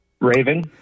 Raven